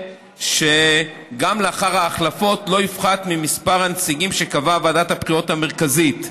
בכך שגם לאחר ההחלפות לא יפחת מספר הנציגים שקבעה ועדת הבחירות המרכזית.